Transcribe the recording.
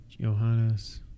Johannes